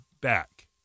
back